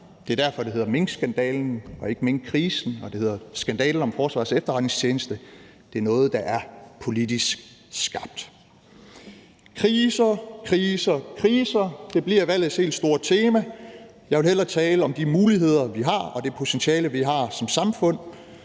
Det er derfor, at det hedder minkskandalen og ikke minkkrisen, ligesom det hedder skandalen om Forsvarets Efterretningstjeneste; det er noget, der er politisk skabt. Kriser, kriser, kriser – det bliver valgets helt store tema. Jeg vil hellere tale om de muligheder, vi har, og det potentiale, vi har som samfund.